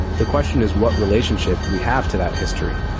the question is what relationship we have to that history.